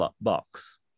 box